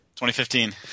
2015